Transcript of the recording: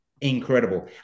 incredible